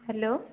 hello